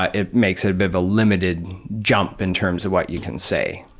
ah it makes it a bit of a limited jump in terms of what you can say.